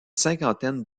cinquantaine